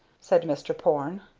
said mr. porne.